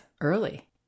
early